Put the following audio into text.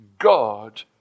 God